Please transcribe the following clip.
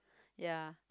ya